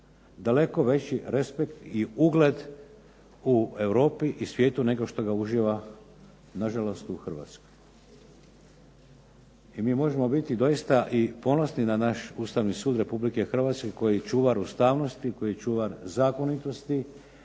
daleko veći respekt i ugled u Europi i svijetu nego što ga uživa na žalost u Hrvatskoj. I mi možemo biti doista i ponosni na naš Ustavni sud Republike Hrvatske koji je čuvar ustanoviti, koji je čuvar zakonitosti